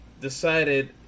decided